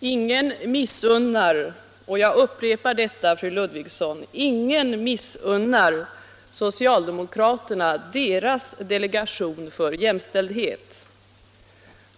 Ingen missunnar — jag upprepar det, fru Ludvigsson — ingen missunnar socialdemokraterna deras delegation för jämställdhet.